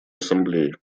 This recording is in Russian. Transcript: ассамблеи